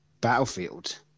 Battlefield